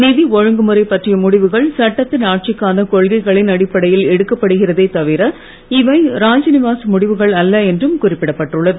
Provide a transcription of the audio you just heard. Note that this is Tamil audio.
நிதி ஒழுங்குமுறை பற்றிய முடிவுகள் சட்டத்தின் ஆட்சிக்கான கொள்கைகளின் அடிப்படையில் எடுக்கப்படுகிறதே தவிர இவை ராஜ்நிவாஸ் முடிவுகள் அல்ல என்றும் குறிப்பிடப்பட்டு உள்ளது